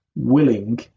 willing